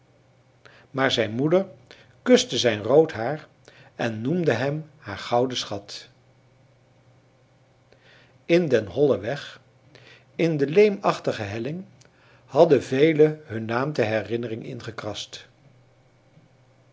maar zijn moeder kuste zijn rood haar en noemde hem haar gouden schat in den hollen weg in de leemachtige helling hadden velen hun naam ter herinnering ingekrast